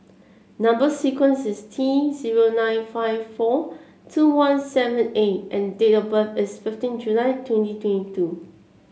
number sequence is T zero nine five four two one seven A and date of birth is fifteen July twenty twenty two